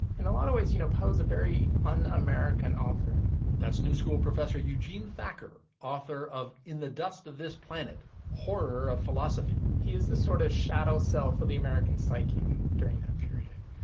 and a lot of ways you know pose a very un-american author that's new school professor eugene thacker author of in the dust of this planet horror of philosophy he is the sort of shadow self for the american psyche during that period.